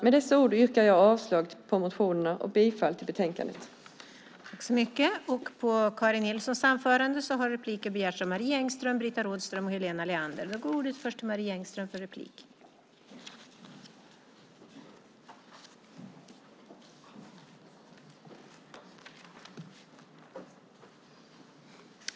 Med dessa ord yrkar jag avslag på motionerna och bifall till utskottets förslag i betänkandet.